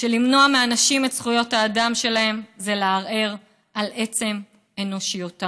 שלמנוע מאנשים את זכויות האדם שלהם זה לערער על עצם אנושיותם.